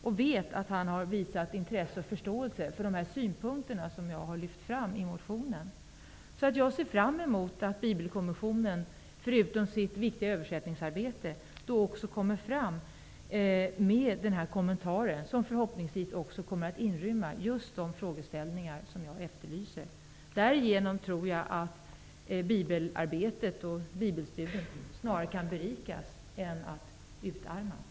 Jag vet att han har visat intresse och förståelse för de synpunkter som jag har lyft fram i motionen. Jag ser fram emot att Bibelkommissionen förutom sitt viktiga översättningsarbete kommer att göra en kommentar, som förhoppningsvis också kommer att inrymma just de frågeställningar som jag efterlyser. Därigenom tror jag att Bibelarbetet och Bibelstudiet snarare kan berikas än utarmas.